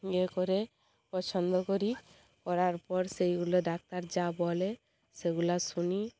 ইয়ে করে পছন্দ করি করার পর সেইগুলো ডাক্তার যা বলে সেইগুলো শুনি